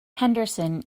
henderson